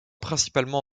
principalement